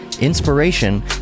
inspiration